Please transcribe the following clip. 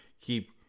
keep